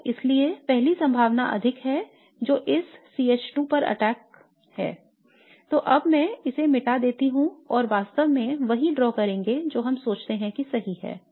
तो इसलिए पहली संभावना अधिक है जो इस CH2 पर अटैक है I तो अब मैं इसे मिटा देता हूं और वास्तव में वही ड्रॉ करेंगे जो हम सोचते हैं कि सही है